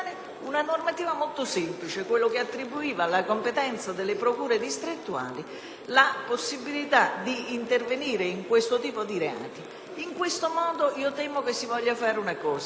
una normativa molto semplice, cioè quella che attribuiva alla competenza delle procure distrettuali la possibilità di intervenire su questo tipo di reati. In questo modo temo che si vogliano creare